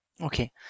Okay